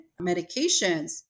medications